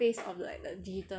face of like the digital